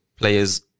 players